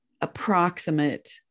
approximate